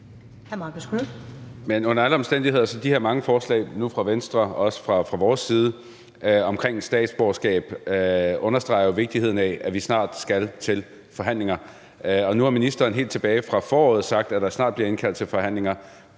Men under alle omstændigheder understreger de her mange forslag om statsborgerskab fra Venstre og fra vores side vigtigheden af, at vi snart skal til forhandlinger. Nu har ministeren helt tilbage fra foråret sagt, at der snart bliver indkaldt til forhandlinger.